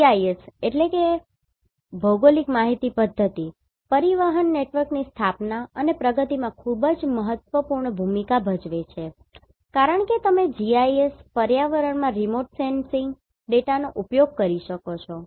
GIS ભૌગોલિક માહિતી પધ્ધતિ પરિવહન નેટવર્કની સ્થાપના અને પ્રગતિમાં ખૂબ જ મહત્વપૂર્ણ ભૂમિકા ભજવે છે કારણ કે તમે GIS ભૌગોલિક માહિતી પધ્ધતિ પર્યાવરણમાં રિમોટ સેન્સિંગ ડેટાનો ઉપયોગ કરી શકો છો